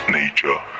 nature